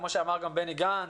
כמו שאמר גם בני גנץ,